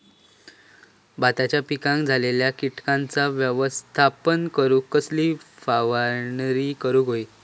भाताच्या पिकांक झालेल्या किटकांचा व्यवस्थापन करूक कसली फवारणी करूक होई?